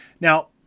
Now